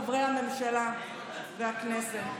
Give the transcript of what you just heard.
חברי הממשלה והכנסת.